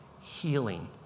healing